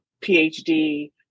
PhD